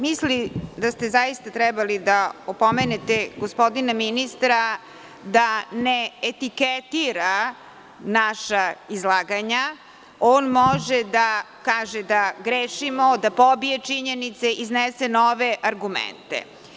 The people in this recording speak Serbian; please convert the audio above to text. Mislim da ste zaista trebali da opomenete gospodina ministra da ne etiketira naša izlaganja, on može da kaže da grešimo, da pobije činjenice, iznese nove argumente.